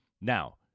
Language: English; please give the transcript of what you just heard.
Now